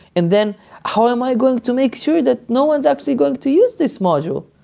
and then how am i going to make sure that no one's actually going to use this module?